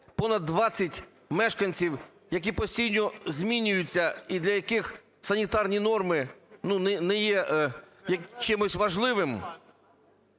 понад 20 мешканців, які постійно змінюються і для яких санітарні норми, ну, не є чимось важливим,